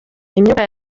imyuka